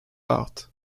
art